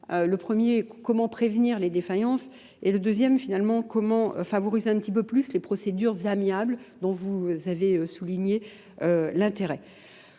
Le premier est comment prévenir les défaillances et le deuxième est finalement comment favoriser un petit peu plus les procédures amiables dont vous avez souligné l'intérêt.